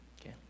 Okay